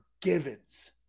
givens